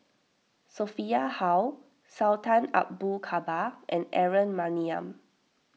Sophia Hull Sultan Abu Bakar and Aaron Maniam